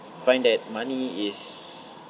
find that money is